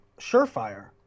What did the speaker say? surefire